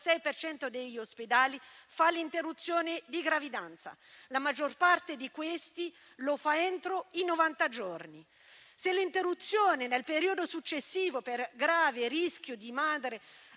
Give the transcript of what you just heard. degli ospedali pratica l'interruzione di gravidanza; la maggior parte di questi la fa entro i novanta giorni. L'interruzione nel periodo successivo, per grave rischio alla madre